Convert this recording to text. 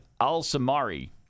al-samari